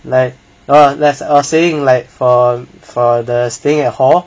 like orh there's a saying like staying at hall